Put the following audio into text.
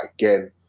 again